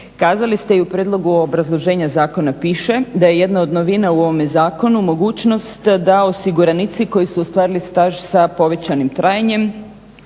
Kazali ste i u prijedlogu obrazloženja zakona piše da je jedna od novina u ovome zakonu mogućnost da osiguranici koji su ostvarili staž sa povećanim trajanjem